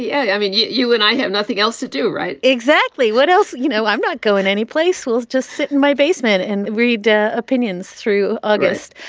yeah i mean, you you and i have nothing else to do, right? exactly. what else? you know, i'm not going any place will just sit in my basement and read ah opinions through august.